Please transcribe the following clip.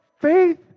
Faith